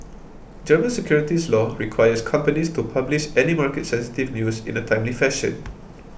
German securities law requires companies to publish any market sensitive news in a timely fashion